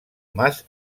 mas